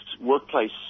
workplace